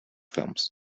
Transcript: films